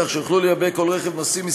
כך שיוכלו לייבא כל רכב נוסעים,